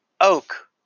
oak